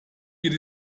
geht